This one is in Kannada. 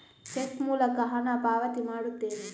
ಚೆಕ್ ಮೂಲಕ ಹಣ ಪಾವತಿ ಮಾಡುತ್ತೇನೆ